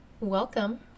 Welcome